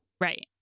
Right